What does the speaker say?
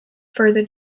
further